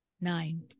nine